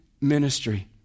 ministry